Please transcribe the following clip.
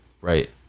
right